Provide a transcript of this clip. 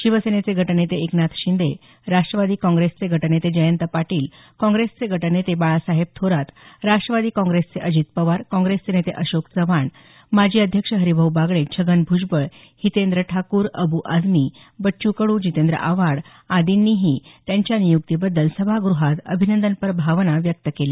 शिवसेनेचे गटनेते एकनाथ शिंदे राष्ट्रवादी काँप्रेसचे गटनेते जयंत पाटील काँग्रेसचे गटनेते बाळासाहेब थोरात राष्ट्रवादी काँग्रेसचे अजित पवार काँग्रेसचे नेते अशोक चव्हाण माजी अध्यक्ष हरिभाऊ बागडे छगन भुजबळ हितेंद्र ठाकूर अबू आझमी बच्चू कडू जितेंद्र आव्हाड आर्दींनी त्यांच्या निय्क्तीबद्दल सभागृहात अभिनंदनपर भावना व्यक्त केल्या